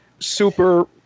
Super